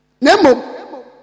Nemo